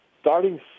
starting